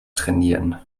trainieren